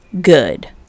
good